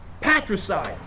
Patricide